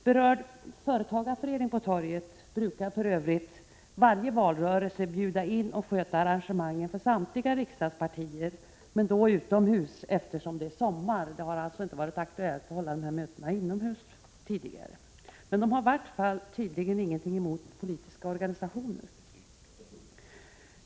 Berörd företagarförening på torget brukar för Övrigt vid varje valrörelse bjuda in och sköta arrangemangen för samtliga riksdagspartier, men då utomhus, eftersom det är sommar. Det har alltså inte varit aktuellt att ha dessa möten inomhus tidigare. Men de har i vart fall tydligen ingenting emot politiska organisationer.